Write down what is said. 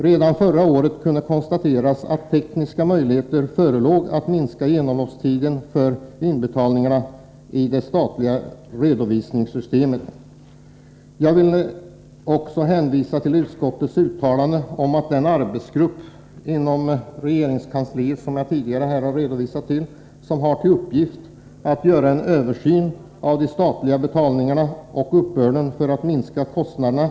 Redan förra året kunde konstateras att tekniska möjligheter förelåg att minska genomloppstiden för inbetalningar i det statliga redovisningssystemet. Jag vill också hänvisa till utskottets uttalande om den arbetsgrupp inom regeringskansliet — jag nämnde den nyss — som har till uppgift att göra en översyn av de statliga betalningarna och uppbörden, syftande till att minska kostnaderna.